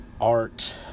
art